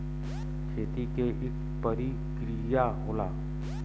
खेती के इक परिकिरिया होला